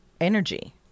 energy